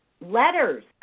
Letters